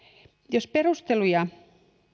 jos perusteluja